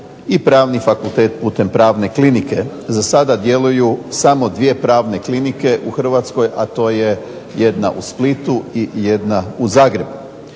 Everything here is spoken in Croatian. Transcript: i Pravni fakultet putem Pravne klinike. Za sada djeluju samo dvije pravne klinike u Hrvatskoj, a to je jedna u Splitu i jedna u Zagrebu.